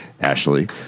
Ashley